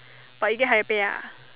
but you get higher pay ah